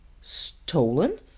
Stolen